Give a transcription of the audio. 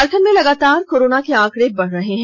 झारखंड में लगातार कोरोना के आंकड़े बढ़ रहे हैं